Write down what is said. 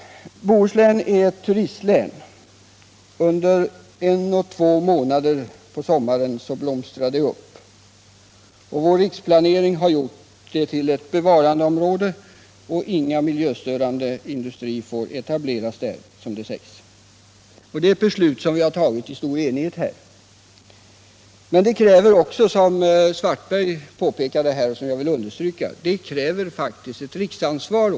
Bohuslän är ett turistlän. Under ett par månader på sommaren blomstrar det upp. Vår riksplanering har gjort länet till ett bevarandeområde, och inga miljöstörande industrier får etableras där, som det sägs. Det är ett beslut som vi här har tagit i stor enighet. Men det kräver, som herr Svartberg pekade på och som jag vill understryka, faktiskt också ett riksansvar.